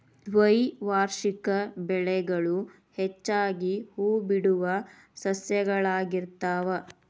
ದ್ವೈವಾರ್ಷಿಕ ಬೆಳೆಗಳು ಹೆಚ್ಚಾಗಿ ಹೂಬಿಡುವ ಸಸ್ಯಗಳಾಗಿರ್ತಾವ